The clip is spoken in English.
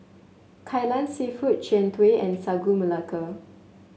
Kai Lan seafood Jian Dui and Sagu Melaka